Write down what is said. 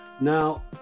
now